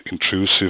intrusive